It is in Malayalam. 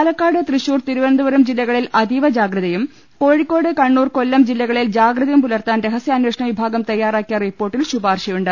പാലക്കാട് തൃശൂർ തിരുവനന്തപുരം ജില്ലകളിൽ അതീവ ജാഗ്രതയും കോഴിക്കോട് കണ്ണൂർ കൊല്ലം ജില്ലകളിൽ ജാഗ്രതയും പുലർത്താൻ രഹ സ്യാ നേ ഷണ വിഭാഗം തയ്യാറാക്കിയ റിപ്പോർട്ടിൽ ശുപാർശയുണ്ട്